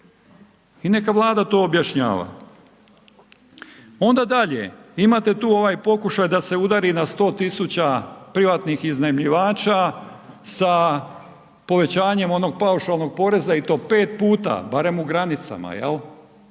i neka Vlada to objašnjava. Onda dalje, imate tu ovaj pokušaj da se udari na 100.000 privatnih iznajmljivača sa povećanjem onog paušalnog poreza i to pet puta, barem u granicama jel,